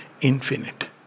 infinite